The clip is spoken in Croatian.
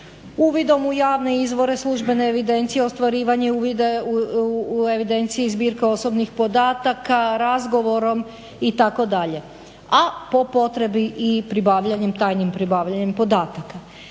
uvidom u javne izvore, službene evidencije, ostvarivanje uvida u evidenciji, zbirka osobnih podataka, razgovorom itd., a po potrebi i pribavljanjem, tajnim pribavljanjem podataka.